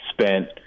spent